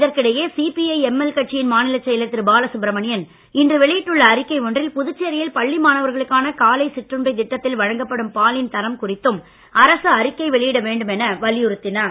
இதற்கிடையே CPI ML கட்சியின் மாநிலச் செயலர் திரு பாலசுப்பிரமணியன் இன்று வெளியிட்டுள்ள அறிக்கை ஒன்றில் புதுச்சேரியில் பள்ளி மாணவர்களுக்கான காலை சிற்றுண்டி திட்டத்தில் வழங்கப்படும் பாலின் தரம் குறித்தும் அரசு அறிக்கை வெளியிட வேண்டும் என வலியுறுத்தினார்